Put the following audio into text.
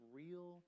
real